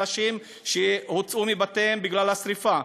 אנשים שהוצאו מבתיהם בגלל השרפה,